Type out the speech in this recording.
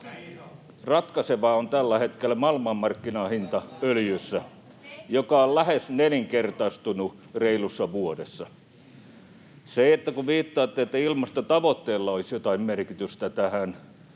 Ratkaisevaa on tällä hetkellä öljyn maailmanmarkkinahinta, joka on lähes nelinkertaistunut reilussa vuodessa. Viittaatte, että ilmastotavoitteella olisi jotain merkitystä tässä,